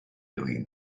doing